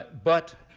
but,